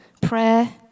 Prayer